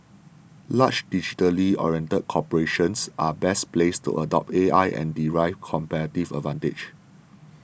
large digitally oriented corporations are best placed to adopt AI and derive competitive advantage